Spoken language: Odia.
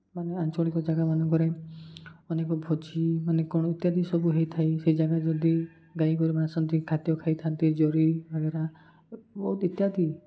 ମାନେ ଆଞ୍ଚଳିକ ଜାଗାମାନଙ୍କରେ ଅନେକ ଭୋଜି ମାନେ କ'ଣ ଇତ୍ୟାଦି ସବୁ ହୋଇଥାଏ ସେ ଜାଗାରେ ଯଦି ଗାଈଗୋରୁମାନେ ଆସନ୍ତି ଖାଦ୍ୟ ଖାଇଥାନ୍ତି ଜରି ବଗେରା ବହୁତ ଇତ୍ୟାଦି